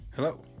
Hello